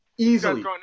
Easily